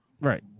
Right